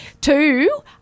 Two